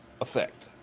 effect